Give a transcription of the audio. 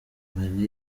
mali